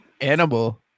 Animal